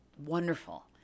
wonderful